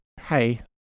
hey